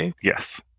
Yes